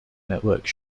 network